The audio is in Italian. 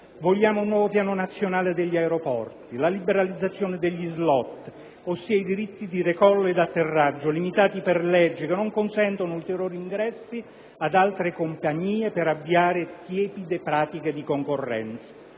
Vogliamo un nuovo piano nazionale degli aeroporti, la liberalizzazione degli *slot*, ossia i diritti di decollo ed atterraggio, che limitati per legge non consentono ulteriori ingressi ad altre compagnie per avviare tiepide pratiche di concorrenza.